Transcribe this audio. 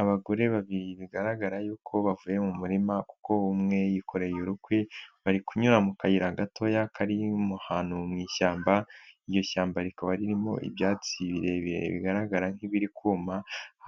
Abagore babiri bigaragara yuko bavuye mu murima kuko umwe yikoreye urukwi, bari kunyura mu kayira gatoya kari ahantu mu ishyamba, iryo shyamba rikaba ririmo ibyatsi birebire bigaragara nk'ibiri kuma,